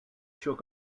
shook